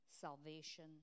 salvation